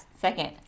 second